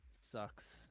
sucks